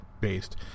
based